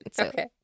Okay